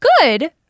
Good